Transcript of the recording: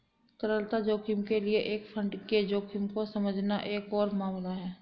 तरलता जोखिम के लिए एक फंड के जोखिम को समझना एक और मामला है